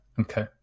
Okay